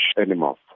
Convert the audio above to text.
animals